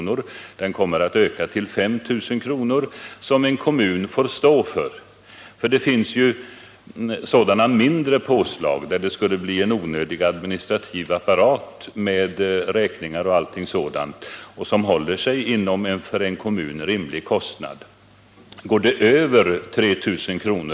Den kommer emellertid att höjas till 5000 kr. Kommunerna får alltså stå för denna kostnad. Det finns ju många mindre fall, där det skulle bli en onödig administrativ apparat med räkningar och annat och där kostnaden håller sig inom rimliga gränser för kommunen. Allt vad som överstiger 3 000 kr.